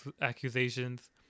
accusations